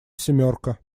семерка